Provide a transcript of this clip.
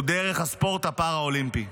הוא דרך הספורט הפאראלימפי.